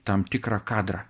tam tikrą kadrą